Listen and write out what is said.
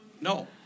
No